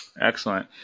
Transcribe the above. Excellent